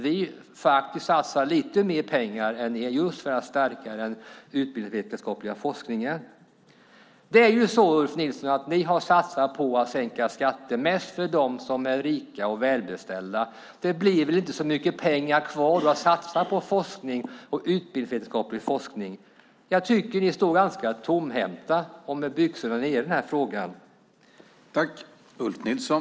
Vi satsar faktiskt lite mer pengar än vad ni gör just för att stärka den utbildningsvetenskapliga forskningen. Det är så, Ulf Nilsson, att ni har satsat på att sänka skatter, mest för dem som är rika och välbeställda. Det blir väl inte så mycket pengar kvar då till att satsa på utbildningsvetenskaplig forskning. Jag tycker att ni står ganska tomhänta och med byxorna neddragna i den här frågan.